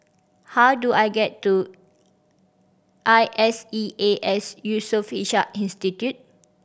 how do I get to I S E A S Yusof Ishak Institute